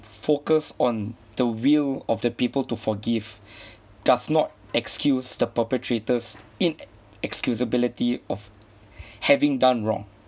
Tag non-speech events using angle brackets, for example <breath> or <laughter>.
focus on the will of the people to forgive <breath> does not excuse the perpetrators in excusability of having done wrong